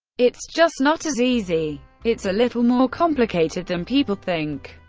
it's just not as easy. it's a little more complicated than people think.